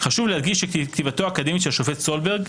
חשוב להדגיש, כתיבתו האקדמית של השופט סולברג,